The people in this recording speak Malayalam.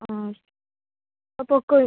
ആ പൊക്കോ